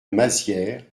mazières